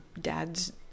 dad's